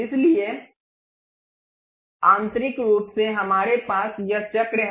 इसलिए आंतरिक रूप से हमारे पास यह चक्र है